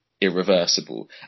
irreversible